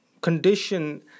condition